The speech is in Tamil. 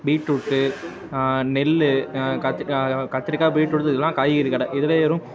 பீட்ரூட்டு நெல் கத் கத்திரிக்காய் பீட்ரூட்டு இதெலாம் காய்கறி கடை இதில் ஏறும்